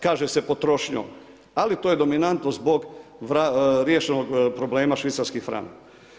Kaže se potrošnjom, ali to je dominantno zbog riješenog problema švicarski franak.